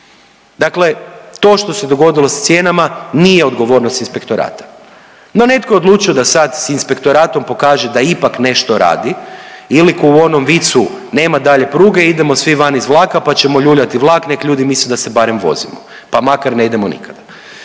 Dakle, to što se dogodilo s cijenama nije odgovornost inspektorata, no netko je odlučio da sad s inspektoratom pokaže da ipak nešto radi ili ko u onom vicu, nema dalje pruge idemo svi van iz vlaka pa ćemo ljuljati vlak nek ljudi misle da se barem vozimo, pa makar ne idemo nikada.